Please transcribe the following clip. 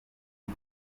bwo